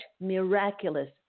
miraculous